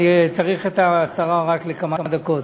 אני צריך את השרה רק לכמה דקות.